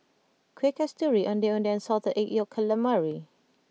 Kueh Kasturi Ondeh Ondeh and Salted Egg Yolk Calamari